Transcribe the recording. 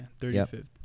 35th